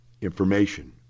Information